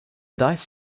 dice